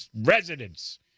residents